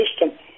system